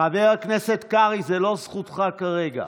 חבר הכנסת קרעי, זה לא זכותך כרגע.